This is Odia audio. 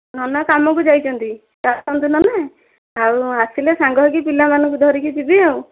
ନନା କାମ କୁ ଯାଇଛନ୍ତି ଆସନ୍ତୁ ନନା ଆଉ ଆସିଲେ ସାଙ୍ଗ ହୋଇକି ପିଲାମାନଙ୍କୁ ଧରିକି ଯିବି ଆଉ